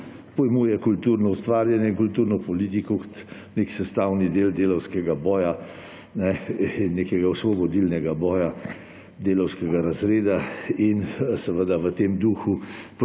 pojmuje kulturno ustvarjanje in kulturno politiko v neki sestavni kot del delavskega boja in nekega osvobodilnega boja delavskega razreda in v tem duhu